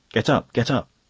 get up, get up!